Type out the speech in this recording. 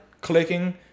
clicking